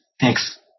Thanks